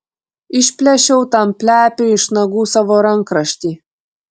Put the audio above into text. išplėšiau tam plepiui iš nagų savo rankraštį